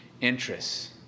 interests